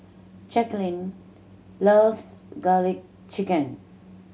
Jacquelyn loves Garlic Chicken